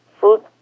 food